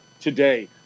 today